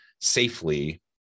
safely